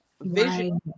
vision